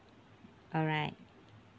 alright